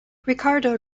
ricardo